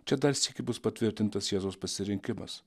čia dar sykį bus patvirtintas jėzaus pasirinkimas